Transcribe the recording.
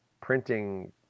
printing